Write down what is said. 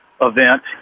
event